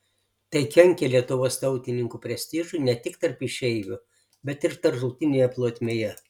tai kenkė lietuvos tautininkų prestižui ne tik tarp išeivių bet ir tarptautinėje plotmėje